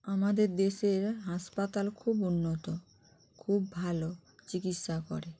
আমাদের দেশের হাসপাতাল খুব উন্নত খুব ভালো চিকিৎসা করে